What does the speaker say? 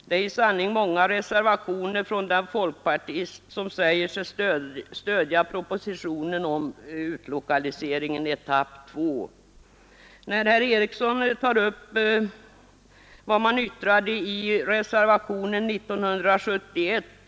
Det är i sanning många reservationer från den folkpartist som säger sig stödja propositionen om utlokalisering, etapp 2. Herr Eriksson i Arvika tog upp ett uttalande ur reservationen år 1971.